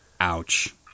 Ouch